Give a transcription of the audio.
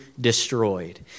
destroyed